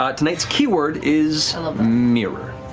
ah tonight's key word is mirror,